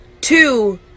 Two